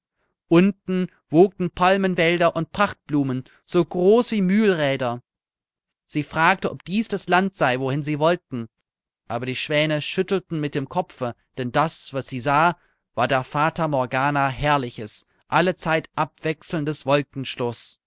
unten wogten palmenwälder und prachtblumen so groß wie mühlräder sie fragte ob dies das land sei wohin sie wollten aber die schwäne schüttelten mit dem kopfe denn das was sie sah war der fata morgana herrliches alle zeit abwechselndes wolkenschloß